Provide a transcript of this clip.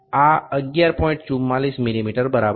44 મીમી બરાબર છે